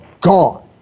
gone